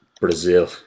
Brazil